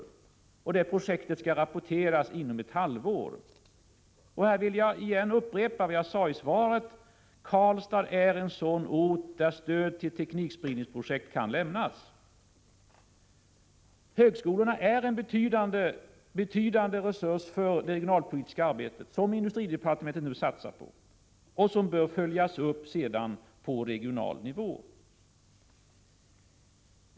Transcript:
Resultatet av det projektet skall rapporteras inom ett halvår. Jag vill här upprepa vad jag sade i svaret: Karlstad är en ort där stöd tillteknikspridningsprojekt kan lämnas. Högskolorna är en betydande resurs för det regionalpolitiska arbetet som industridepartementet nu satsar på och som sedan bör följas upp på regional nivå.